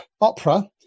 Opera